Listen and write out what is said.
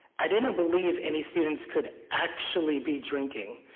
i didn't believe any students could actually be drinking,